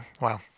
Wow